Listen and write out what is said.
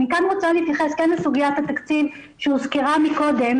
כאן אני רוצה להתייחס לסוגיית התקציב שהוזכרה קודם,